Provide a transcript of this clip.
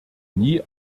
nie